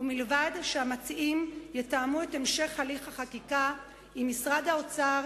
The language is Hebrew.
ובלבד שהמציעים יתאמו את המשך הליך החקיקה עם משרד האוצר,